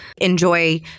enjoy